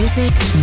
Music